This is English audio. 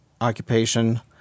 occupation